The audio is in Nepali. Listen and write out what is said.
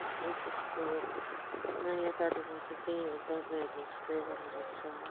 अनि त्यसको नयाँ तरिका चाहिँ त्यही हो दबाईहरू स्प्रे गर्नुपर्छ